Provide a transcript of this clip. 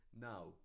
Now